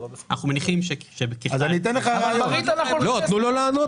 אנחנו מסכימים שכאן בתקופה האחרונה